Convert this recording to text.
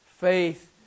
faith